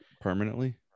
permanently